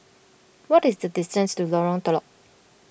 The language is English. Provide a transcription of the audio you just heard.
what is the distance to Lorong Telok